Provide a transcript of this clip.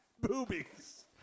boobies